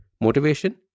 motivation